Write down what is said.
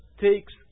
takes